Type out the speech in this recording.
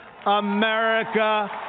America